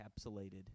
encapsulated